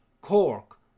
Cork